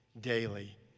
daily